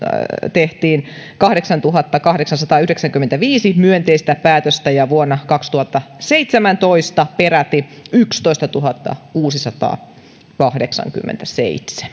tehtiin kahdeksantuhattakahdeksansataayhdeksänkymmentäviisi myönteistä päätöstä ja vuonna kaksituhattaseitsemäntoista peräti yksitoistatuhattakuusisataakahdeksankymmentäseitsemän